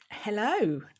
Hello